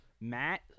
Matt